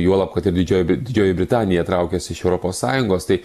juolab kad ir didžioji didžioji britanija traukiasi iš europos sąjungos tai